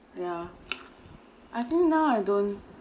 yeah I think now I don't